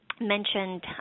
mentioned